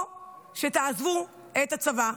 או שתעזבו את הצבא,